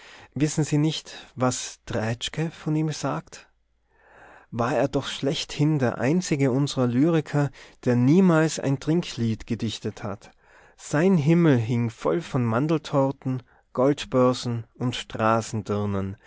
wissen sie nicht was treitschke von ihm sagt war er doch schlechthin der einzige unserer lyriker der niemals ein trinklied gedichtet hat sein himmel hing voll von mandeltorten goldbörsen und